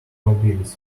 nobility